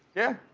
yeah.